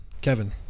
Kevin